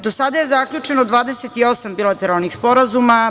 Do sada je zaključeno 28 bilateralnih sporazuma.